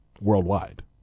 worldwide